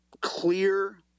clear